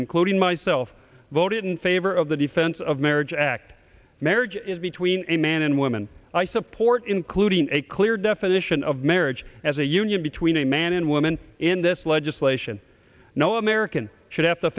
including myself voted in favor of the defense of marriage act marriage is between a man and woman i support including a clear definition of marriage as a union between a man and woman in this legislation no american should have to